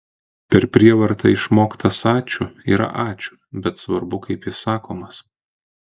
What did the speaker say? per prievartą išmoktas ačiū yra ačiū bet svarbu kaip jis sakomas